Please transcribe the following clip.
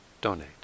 donate